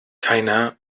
keiner